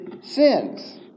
sins